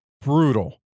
Brutal